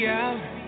out